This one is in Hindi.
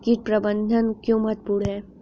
कीट प्रबंधन क्यों महत्वपूर्ण है?